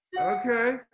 okay